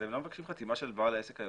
אתם לא מבקשים חתימה של בעל העסק היוצא?